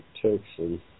protection